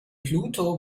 pluto